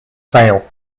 fail